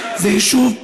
זה יישוב,